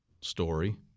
story